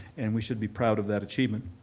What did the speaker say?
and we should be proud of that achievement.